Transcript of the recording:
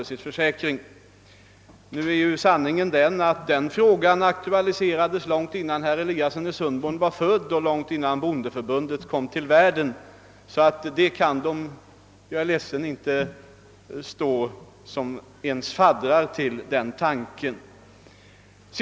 Sanningen är emellertid den att denna fråga aktualiserades långt innan herr Eliasson i Sundborn var född och även långt innan bondeförbundet startades. Jag är ledsen, men man kan alltså på detta håll inte ens stå som faddrar till denna tanke.